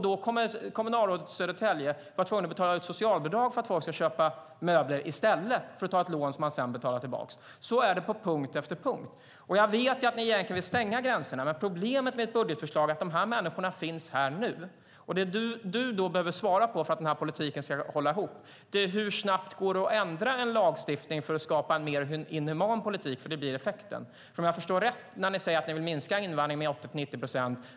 Då kommer kommunalrådet i Södertälje att vara tvungen att betala ut socialbidrag för att folk ska köpa möbler i stället för att de tar ett lån som de sedan betalar tillbaka. Så är det på punkt efter punkt. Jag vet att ni egentligen vill stänga gränserna, men problemet med ert budgetförslag är att de här människorna finns här nu. Det du behöver svara på för att politiken ska hålla ihop är hur snabbt det går att ändra en lagstiftning för att skapa en mer inhuman politik, vilket blir effekten. Ni säger att ni vill minska invandringen med 80-90 procent.